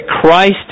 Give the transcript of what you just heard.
Christ